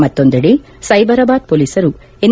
ಮತ್ತೊಂದೆಡೆ ಸೈಬರಾಬಾದ್ ಪೊಲೀಸರು ಎನ್